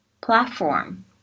Platform